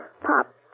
Pop